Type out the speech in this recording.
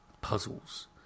puzzles